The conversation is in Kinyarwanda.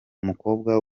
umukobwa